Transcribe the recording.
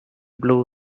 blew